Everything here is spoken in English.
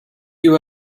you